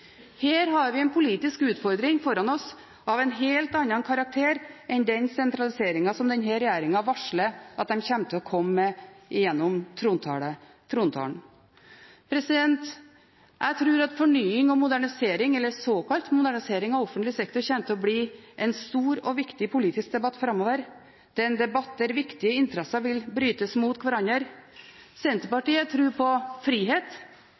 Her har vi en politisk utfordring foran oss av en helt annen karakter enn den sentraliseringen som denne regjeringen varslet gjennom trontalen at den kommer til å komme med. Jeg tror fornying og såkalt modernisering av offentlig sektor kommer til å bli en stor og viktig politisk debatt framover. Det er en debatt der viktige interesser vil brytes mot hverandre. Senterpartiet tror på frihet.